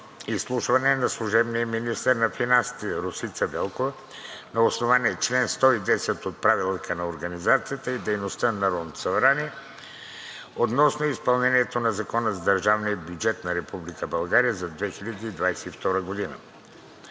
Изслушване на служебния министър на финансите Росица Велкова на основание чл. 110 от Правилника за организацията и дейността на Народното събрание относно изпълнението на Закона за държавния бюджет на Република България за 2022 г.